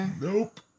Nope